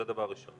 זה דבר ראשון.